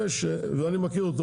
ואני מכיר אותו,